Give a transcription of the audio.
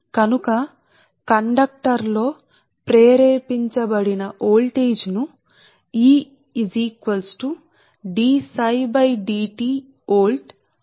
కాబట్టికండక్టర్లోని voltage ఆ కండక్టర్లో ప్రేరేపించబడిన వోల్టేజ్ ను వోల్ట్గా వ్రాయవచ్చుసరేప్రతి చోటా సాధ్యమైన చోట నేను యూనిట్ లను సరిగ్గా వ్రాస్తాను